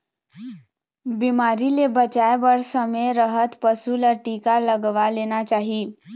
बिमारी ले बचाए बर समे रहत पशु ल टीका लगवा लेना चाही